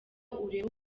urebe